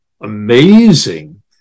amazing